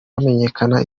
hamenyekana